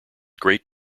great